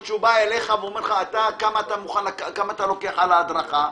כשהוא בא אליך ואומר: כמה אתה לוקח על ההדרכה?